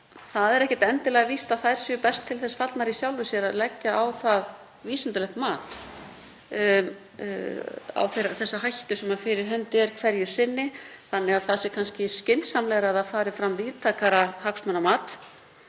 Það er ekkert endilega víst að þær stofnanir séu best til þess fallnar í sjálfu sér að leggja vísindalegt mat á þá hættu sem fyrir hendi er hverju sinni þannig að það er kannski skynsamlegra að fram fari víðtækara hagsmunamat.